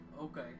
okay